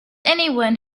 anyone